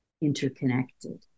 interconnected